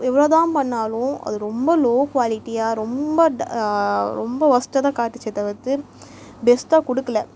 எவ்வளோதான் பண்ணிணாலும் அது ரொம்ப லோ குவாலிட்டியாக ரொம்ப ரொம்ப ஒஸ்ட்டாகதான் காட்டிச்சே தவிர்த்து பெஸ்ட்டாக கொடுக்குல